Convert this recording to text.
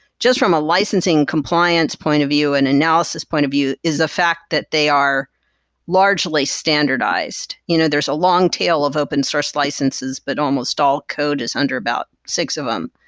just from a licensing compliance point of view and analysis point of view, is the fact that they are largely standardized. you know there's a long tail of open source licenses, but almost all code is under about six of them.